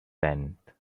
tent